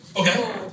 Okay